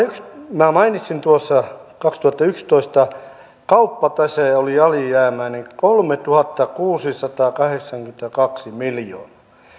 minä mainitsin tuossa että kaksituhattayksitoista kauppatase oli alijäämäinen kolmetuhattakuusisataakahdeksankymmentäkaksi miljoonaa